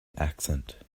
accent